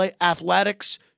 athletics